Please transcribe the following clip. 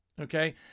Okay